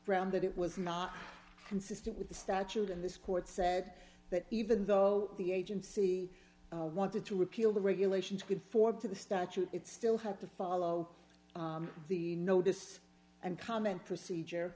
ground that it was not consistent with the statute in this court said that even though the agency wanted to repeal the regulations conform to the statute it still had to follow the notice and comment procedure